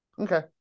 Okay